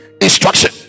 instruction